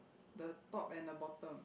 the top and the bottom